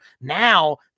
Now